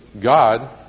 God